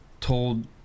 told